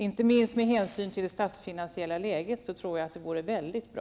Inte minst med hänsyn till det statsfinansiella läget tror jag att det vore mycket bra.